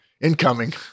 incoming